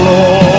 Lord